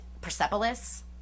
Persepolis